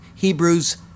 Hebrews